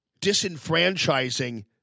disenfranchising